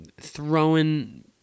throwing